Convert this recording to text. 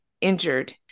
injured